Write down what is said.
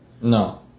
No